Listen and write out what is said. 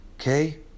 Okay